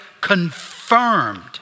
confirmed